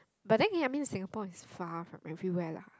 but then Again I mean Singapore is far from everywhere lah